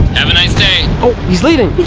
have a nice day. oh, he's leaving! he's